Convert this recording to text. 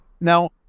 Now